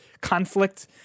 conflict